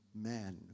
man